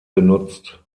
genutzt